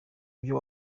byo